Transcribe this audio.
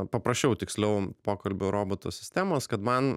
paprašiau tiksliau pokalbių robotų sistemos kad man